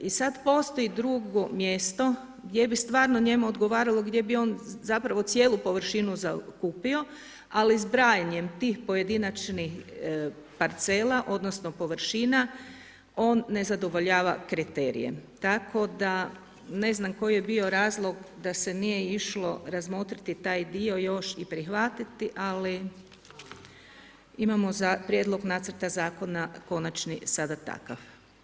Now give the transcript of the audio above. I sada postoji drugo mjesto gdje bi stvarno njemu odgovaralo gdje bi on cijelu površinu zakupio, ali zbrajanjem tih pojedinačnih parcela odnosno površina on ne zadovoljava kriterije, tako da ne znam koji je bio razlog da se nije išlo razmotriti taj dio još i prihvatiti, ali imamo za prijedlog nacrta zakona konačni sada takav.